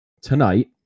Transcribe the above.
tonight